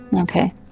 Okay